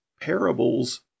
parables